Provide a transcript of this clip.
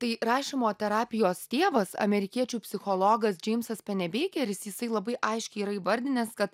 tai rašymo terapijos tėvas amerikiečių psichologas džeimsas penebeikeris jisai labai aiškiai yra įvardinęs kad